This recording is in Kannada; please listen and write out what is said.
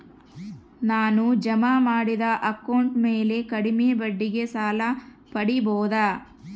ನಾನು ಜಮಾ ಮಾಡಿದ ಅಕೌಂಟ್ ಮ್ಯಾಲೆ ಕಡಿಮೆ ಬಡ್ಡಿಗೆ ಸಾಲ ಪಡೇಬೋದಾ?